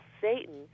Satan